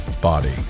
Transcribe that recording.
body